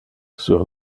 sur